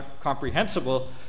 comprehensible